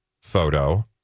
photo